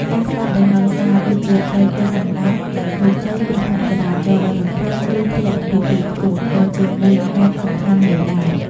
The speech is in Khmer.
ការស្លាប់ដោយហិង្សា ដូចជាត្រូវគេសម្លាប់ដោយឃោរឃៅ គ្រោះថ្នាក់ចរាចរណ៍ដ៏រន្ធត់ ឬធ្លាក់ពីទីខ្ពស់ ក៏ជាមូលហេតុសំខាន់មួយដែរ។